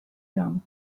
gum